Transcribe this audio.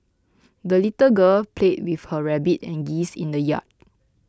the little girl played with her rabbit and geese in the yard